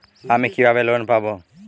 আমি কিভাবে লোন পাব?